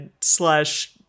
slash